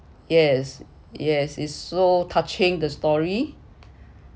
yes yes it's so touching the story